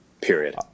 Period